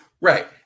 Right